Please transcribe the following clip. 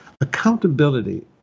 Accountability